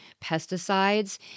pesticides